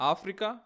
Africa